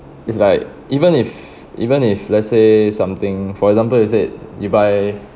it's like even if even if let's say something for example you said you buy